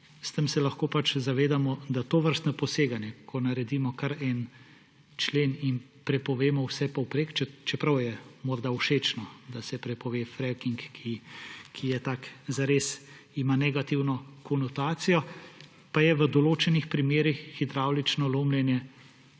s tem se lahko zavedamo, da tovrstno poseganje, ko naredimo kar en člen in prepovemo vse povprek – čeprav je morda všečno, da se prepove fracking, ki je tak zares, ki ima negativno konotacijo –, pa je v določenih primerih hidravlično lomljenje